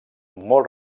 molt